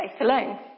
alone